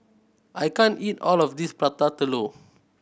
I can't eat all of this Prata Telur